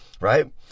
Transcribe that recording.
right